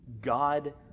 God